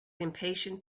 impatient